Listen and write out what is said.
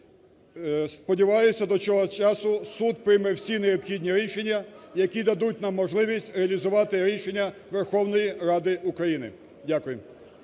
Сподіваюся, до цього часу суд прийме всі необхідні рішення, які дадуть нам можливість реалізувати рішення Верховної Ради України. Дякую.